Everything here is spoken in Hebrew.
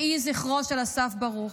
יהי זכרו של אסף ברוך.